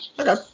Okay